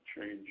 change